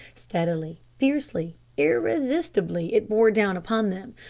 steadily, fiercely, irresistibly, it bore down upon them,